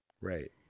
right